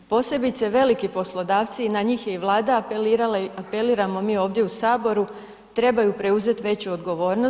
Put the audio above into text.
Posebice veliki poslodavci i na njih je i Vlada apelirala i apeliramo mi ovdje u saboru trebaju preuzeti veću odgovornost.